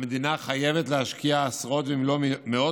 המדינה חייבת להשקיע עשרות אם לא מאות